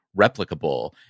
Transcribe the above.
replicable